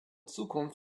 zukunft